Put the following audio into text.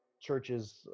Churches